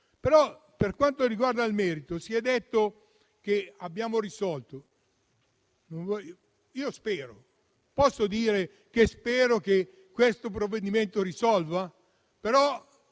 Per quanto riguarda il merito, si è detto che abbiamo risolto. Posso dire che spero che questo provvedimento risolva il